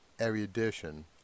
erudition